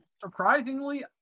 surprisingly